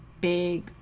big